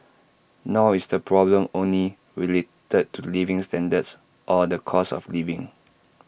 nor is the problem only related to living standards or the cost of living